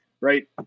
right